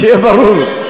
שיהיה ברור.